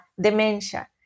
dementia